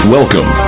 Welcome